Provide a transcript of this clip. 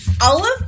Olive